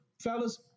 fellas